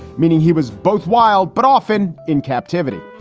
meaning he was both wild but often in captivity.